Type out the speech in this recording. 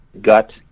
gut